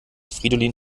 fridolin